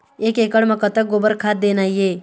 एक एकड़ म कतक गोबर खाद देना ये?